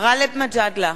גאלב מג'אדלה,